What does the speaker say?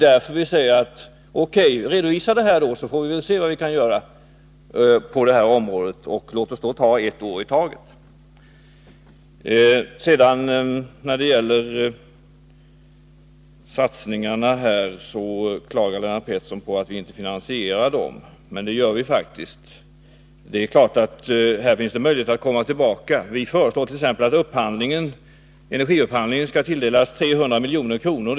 Därför säger vi: OK. , redovisa detta, så får vi se vad vi kan göra på detta område. Låt oss då ta ett år i taget. När det sedan gäller satsningar klagar Lennart Pettersson på att vi inte finansierar dem. Vi gör faktiskt det. Det är klart att det här finns möjligheter att komma tillbaka. Vi föreslår t.ex. att energiupphandlingen skall tilldelas 300 miljoner.